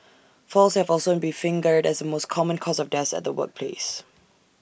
falls have also been fingered as the most common cause of deaths at the workplace